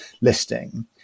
listing